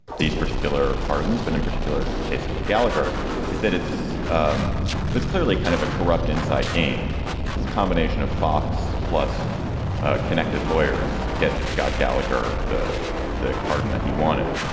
these particular pardons, but in particular the case of gallagher is that it's um that's clearly kind of a corrupt inside game with combination of fox plus connected lawyers get got gallagher the the pardon that he wanted.